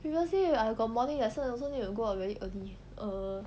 previously I got morning lesson also need go out very early err